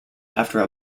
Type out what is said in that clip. after